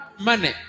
money